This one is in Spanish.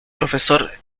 profesor